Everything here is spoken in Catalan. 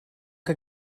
que